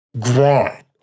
grind